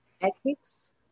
Ethics